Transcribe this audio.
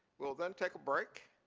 we will then take a break.